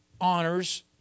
honors